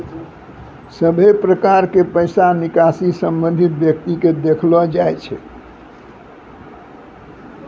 सभे प्रकार के पैसा निकासी संबंधित व्यक्ति के देखैलो जाय छै